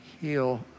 heal